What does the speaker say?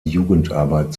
jugendarbeit